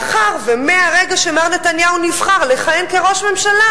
ומהרגע שמר נתניהו נבחר לכהן כראש ממשלה,